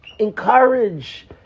encourage